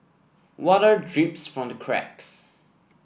water drips from the cracks